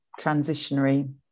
transitionary